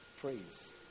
praise